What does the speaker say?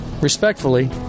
respectfully